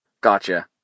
Gotcha